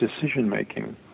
decision-making